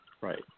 Right